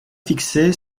fixé